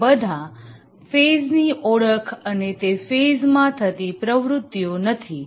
તે ફક્ત બધા ફેઝની ઓળખ અને તે ફેઝમાં થતી પ્રવૃત્તિઓ નથી